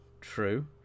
true